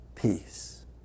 peace